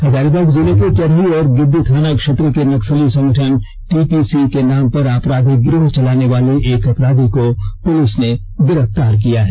हजारीबाग जिले के चरही और गिद्दी थाना क्षेत्र के नक्सली संगठन टीपीसी के नाम पर आपराधिक गिरोह चलाने वाले एक अपराधी को पुलिस ने गिरफ्तार किया है